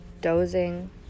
dozing